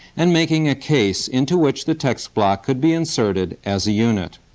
and making a case into which the text block could be inserted as a unit.